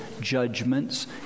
judgments